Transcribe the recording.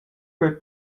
quei